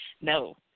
No